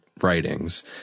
writings